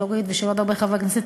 של אורית ושל עוד הרבה חברי כנסת.